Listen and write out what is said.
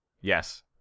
Yes